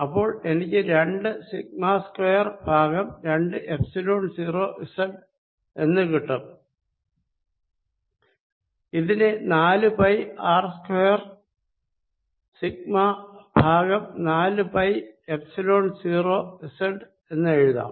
അപ്പോൾ രണ്ട് sigma R square by രണ്ട് എപ്സിലോൺ 0 z എന്ന് കിട്ടും ഇതിനെ നാലു pi R square sigma by നാലു പൈ എപ്സിലോൺ 0 z എന്നെഴുതാം